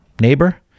neighbor